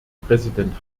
präsident